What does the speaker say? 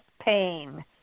pain